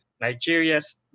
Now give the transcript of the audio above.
Nigeria's